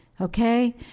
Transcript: Okay